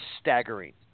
staggering